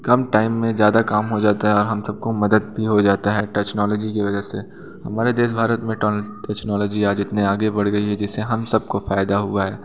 कम time में ज़्यादा काम हो जाता हैं और हम सबको मदद भी हो जाती है टचनोलॉजी की वजह से हमारे देश भारत में टोन टेचनोलॉजी आज इतने आगे बढ़ गई है जिससे हम सब को फ़ायदा हुआ है